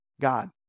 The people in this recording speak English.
God